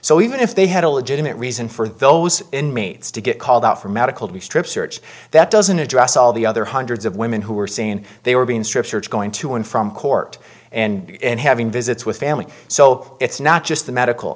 so even if they had a legitimate reason for those inmates to get called out for medical to be strip search that doesn't address all the other hundreds of women who were saying they were being strip search going to and from court and having visits with family so it's not just the medical